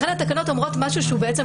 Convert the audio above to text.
לכן התקנות אומרות משהו שהוא בעצם